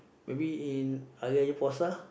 maybe in Hari-Raya-Puasa